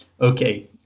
Okay